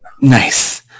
Nice